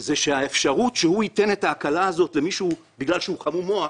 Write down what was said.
זה שהאפשרות שהוא ייתן את ההקלה הזו למישהו בגלל שהוא חמום מוח